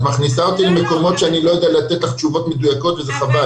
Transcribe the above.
את מכניסה אותי למקומות שאני לא יודע לתת לך תשובות מדויקות וזה חבל.